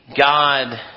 God